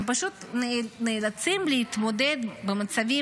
הם פשוט נאלצים להתמודד עם מצבים